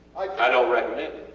i dont recommend